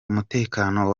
umutekano